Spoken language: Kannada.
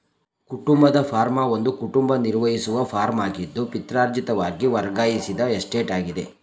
ಕುಟುಂಬದ ಫಾರ್ಮ್ ಒಂದು ಕುಟುಂಬ ನಿರ್ವಹಿಸುವ ಫಾರ್ಮಾಗಿದ್ದು ಪಿತ್ರಾರ್ಜಿತವಾಗಿ ವರ್ಗಾಯಿಸಿದ ಎಸ್ಟೇಟಾಗಿದೆ